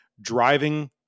driving